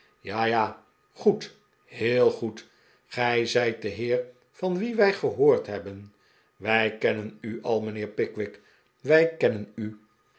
ja ja goed heel goed gij zijt de heer van wien wij gehoord hebben wij kennen u al mijnheer pickwick wij kennen u